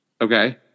Okay